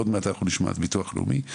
עוד מעט אנחנו נשמע את הביטוח הלאומי,